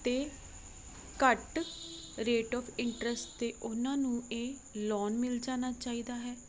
ਅਤੇ ਘੱਟ rate of interest 'ਤੇ ਉਹਨਾਂ ਨੂੰ ਇਹ ਲੋਨ ਮਿਲ ਜਾਣਾ ਚਾਹੀਦਾ ਹੈ